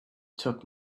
took